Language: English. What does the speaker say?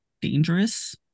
dangerous